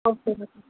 okay okay